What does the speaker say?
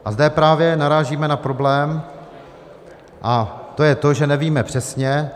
A zde právě narážíme na problém, a to je to, že nevíme přesně.